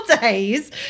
days